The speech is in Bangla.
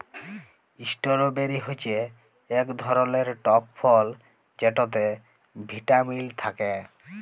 ইস্টরবেরি হচ্যে ইক ধরলের টক ফল যেটতে ভিটামিল থ্যাকে